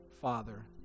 Father